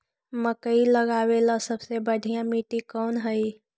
मकई लगावेला सबसे बढ़िया मिट्टी कौन हैइ?